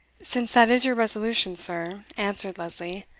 since that is your resolution, sir, answered lesley,